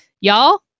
y'all